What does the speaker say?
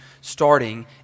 starting